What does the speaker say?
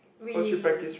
really